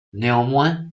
néanmoins